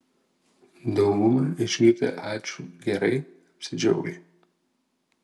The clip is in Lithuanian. dauguma išgirdę ačiū gerai apsidžiaugia